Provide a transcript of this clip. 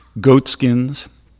goatskins